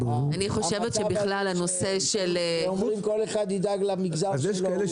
המצב הזה שאומרים שכל אחד ידאג למגזר שלו הוא --- יש כאלה